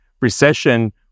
recession